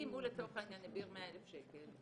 אם הוא יעביר 100,000 שקל,